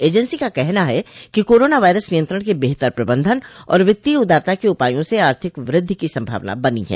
agency का कहना है कि कोरोना वायरस नियंत्रण के बेहतर प्रबंधन और वित्तीय उदारता के उपायों से आर्थिक वृद्धि की संभावना बनी है